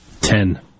Ten